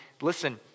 listen